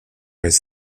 his